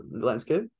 landscape